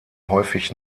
häufig